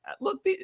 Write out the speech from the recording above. Look